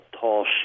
Tall